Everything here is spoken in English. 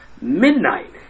midnight